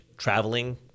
Traveling